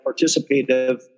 participative